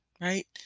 right